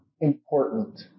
important